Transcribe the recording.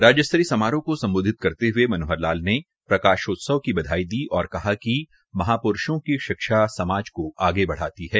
राज्य स्तरीय समारोह को सम्बधित करते हुये मनोहर लाल ने प्रकाशोत्सव की बधाई दी और कहा कि महाप्रूषों की शिक्षा समाज को आगे बढ़ाती है